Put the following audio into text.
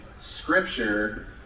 scripture